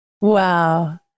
Wow